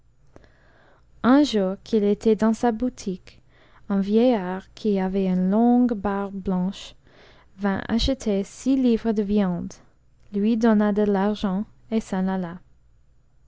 un jour qu'il était dans sa boutique un vieillard qui avait une longue barbe blanche vint acheter six livres de viande lui donna de l'argent f't s'en alla